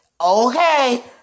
Okay